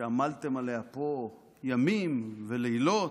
שעמלתם עליה פה ימים ולילות,